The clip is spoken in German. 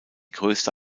größte